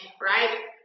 right